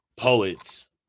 poets